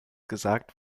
gesagt